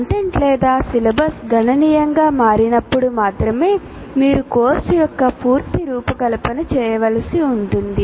content లేదా syllabus గణనీయంగా మారినప్పుడు మాత్రమే మీరు కోర్సు యొక్క పూర్తి రూపకల్పన చేయ వలసి ఉంటుంది